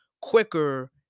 quicker –